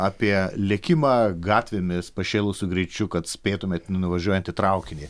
apie lėkimą gatvėmis pašėlusiu greičiu kad spėtumėt į nuvažiuojantį traukinį